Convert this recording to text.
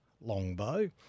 Longbow